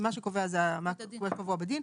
מה שקובע זה מה שקבוע בדין.